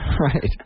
right